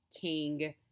king